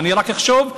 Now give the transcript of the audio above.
רק אני אחשוב,